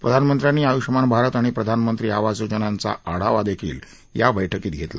प्रधानमंत्र्यांनी आयुष्मान भारत आणि प्रधानमंत्री आवास योजनांचा आढावाही या बैठकीत घेतला